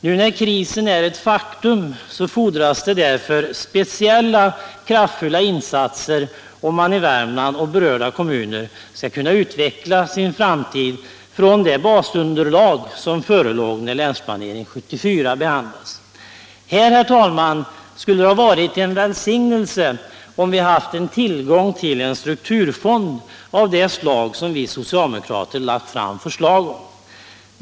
Nu när krisen är ett faktum fordras det därför speciella, kraftfulla insatser om man i Värmland och berörda kommuner skall kunna utveckla sin framtid från det basunderlag som förelåg när Länsplanering 74 behandlades. Här, herr talman, skulle det ha varit en välsignelse om vi haft tillgång till en strukturfond av det slag som vi socialdemokrater lagt fram förslag om.